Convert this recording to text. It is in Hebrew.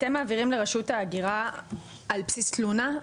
אתם מעבירים לרשות ההגירה על בסיס תלונה,